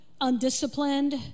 undisciplined